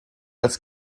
als